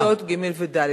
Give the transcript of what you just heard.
גם בקבוצות ג' וד'.